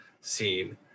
scene